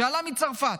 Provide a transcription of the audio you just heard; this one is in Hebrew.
שעלה מצרפת,